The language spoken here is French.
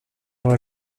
dans